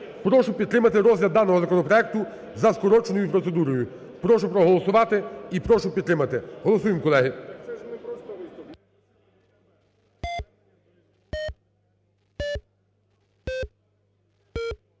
Прошу підтримати розгляд даного законопроекту за скороченою процедурою. Прошу проголосувати і прошу підтримати. Голосуємо колеги.